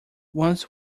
once